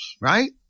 right